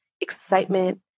excitement